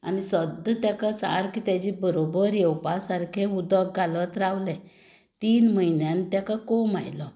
आनी सद्दां ताका सारकें ताज्या बरोबर येवपा सारकें उदक घालत रावलें तीन म्हयन्यान ताका कोंब आयलो